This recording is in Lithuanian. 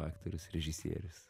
aktorius režisierius